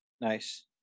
Nice